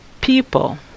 people